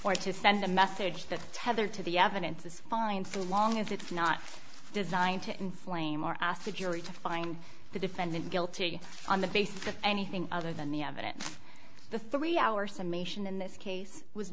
or to send a message that's tethered to the evidence is fine so long as it's not designed to inflame or asked a jury to find the defendant guilty on the basis of anything other than the evidence the three hour summation in this case was